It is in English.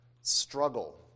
struggle